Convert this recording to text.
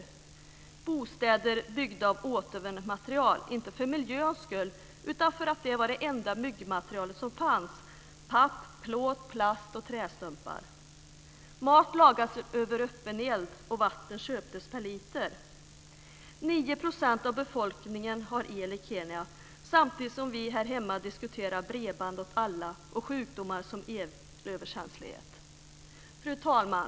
Det var bostäder byggda av återvunnet material inte för miljöns skull utan för att det var det enda byggmaterial som fanns: papp, plåt, plast och trästumpar. Mat lagades över öppen eld, och vatten köptes per liter. 9 % av befolkningen har el i Kenya, samtidigt som vi här hemma diskuterar bredband åt alla och sjukdomar som elöverkänslighet. Fru talman!